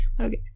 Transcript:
Okay